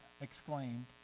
exclaimed